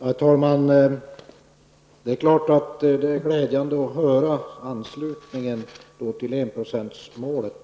Herr talman! Det är klart att det är glädjande att höra anslutningen till enprocentsmålet.